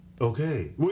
Okay